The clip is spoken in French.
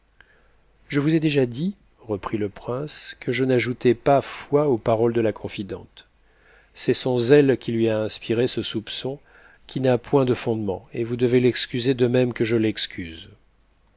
je vous ai déjà dit reprit le prince que je n'ajoutais pas foi aux paroles de a confidente c'est son zèle qui lui a inspiré ce soupçon qui n'a point de moment et vous devez l'excuser de même que je l'excuse